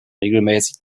regelmäßig